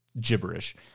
gibberish